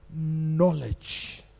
knowledge